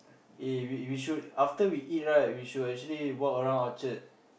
eh we we should after we eat right we should actually walk around Orchard